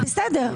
בסדר,